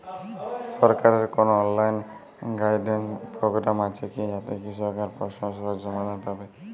সরকারের কোনো online guidance programme আছে কি যাতে কৃষক তার প্রশ্নের সহজ সমাধান পাবে?